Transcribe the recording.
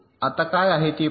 आत काय आहे ते पाहू